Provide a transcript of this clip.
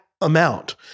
amount